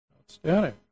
Outstanding